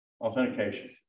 authentication